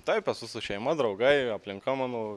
taip esu su šeima draugai aplinka mano